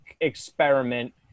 experiment